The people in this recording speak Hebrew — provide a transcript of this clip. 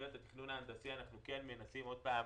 במסגרת התכנון ההנדסי אנחנו כן מנסים עוד פעם,